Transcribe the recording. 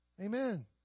Amen